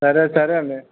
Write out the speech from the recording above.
సరే సరే అండి